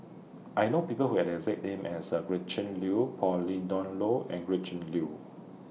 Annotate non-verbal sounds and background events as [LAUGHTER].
I know People Who Have The exact name as [UNINTELLIGIBLE] Gretchen Liu Pauline Dawn Loh and Gretchen Liu